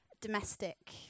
domestic